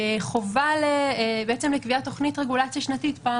חובה לקביעת תוכנית רגולציה שנתית פעם